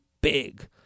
big